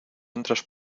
entras